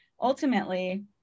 ultimately